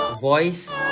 voice